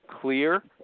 clear